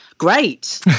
Great